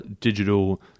digital